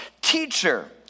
Teacher